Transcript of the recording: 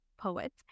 poet